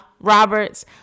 Roberts